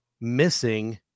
missing